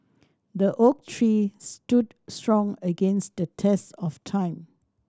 the oak tree stood strong against the test of time